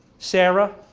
sarah,